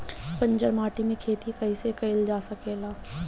बंजर माटी में खेती कईसे कईल जा सकेला?